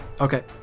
Okay